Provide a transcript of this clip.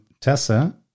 tessa